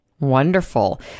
Wonderful